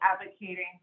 advocating